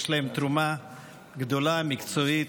יש להם תרומה גדולה, מקצועית,